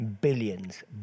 Billions